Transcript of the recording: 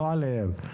לא עליהם.